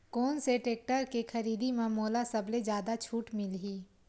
कोन से टेक्टर के खरीदी म मोला सबले जादा छुट मिलही?